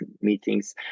meetings